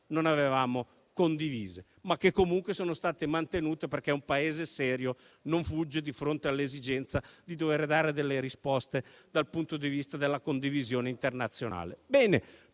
non avevamo condiviso, ma che comunque sono state mantenute perché un Paese serio non fugge di fronte all'esigenza di dover dare delle risposte dal punto di vista della condivisione internazionale.